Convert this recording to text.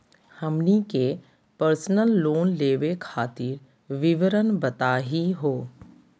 हमनी के personal loan लेवे खातीर विवरण बताही हो?